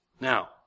Now